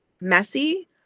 messy